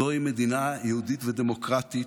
זוהי מדינה יהודית ודמוקרטית.